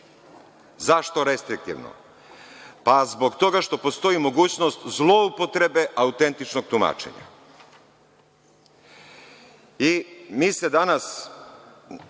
Zašto restriktivno? Pa zbog toga što postoji mogućnost zloupotrebe autentičnog tumačenja.